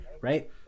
right